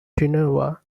genoa